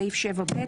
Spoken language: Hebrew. בסעיף 7ב,